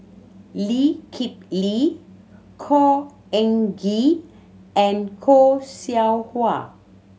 Lee Kip Lee Khor Ean Ghee and Khoo Seow Hwa